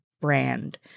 brand